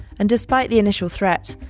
and despite the initial threat,